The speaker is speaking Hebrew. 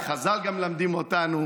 וחז"ל גם מלמדים אותנו